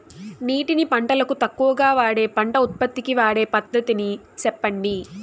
నీటిని పంటలకు తక్కువగా వాడే పంట ఉత్పత్తికి వాడే పద్ధతిని సెప్పండి?